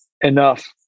enough